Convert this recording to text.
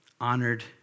honored